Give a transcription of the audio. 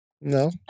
No